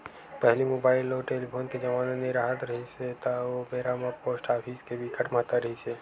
पहिली मुबाइल अउ टेलीफोन के जमाना नइ राहत रिहिस हे ता ओ बेरा म पोस्ट ऑफिस के बिकट महत्ता रिहिस हे